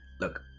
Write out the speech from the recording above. look